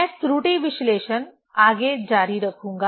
मैं त्रुटि विश्लेषण आगे जारी रखूंगा